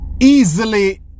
easily